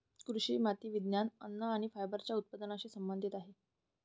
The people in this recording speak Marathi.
कृषी माती विज्ञान, अन्न आणि फायबरच्या उत्पादनाशी संबंधित आहेत